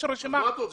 אתה רוצה